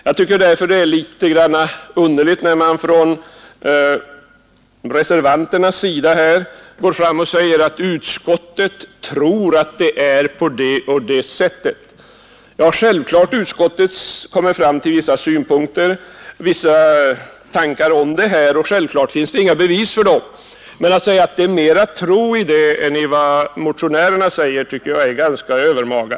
Jag tycker därför det är litet underligt att reservanterna här säger att utskottsmajoriteten tror att det är på det och det sättet. Utskottsmajoriteten har kommit fram till vissa synpunkter, vissa tankar om detta, och självfallet finns det inga bevis därvidlag. Men att hävda att det är mera tro i detta än i vad motionärerna säger tycker jag är ganska övermaga.